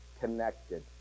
connected